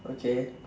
okay